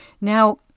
Now